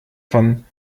von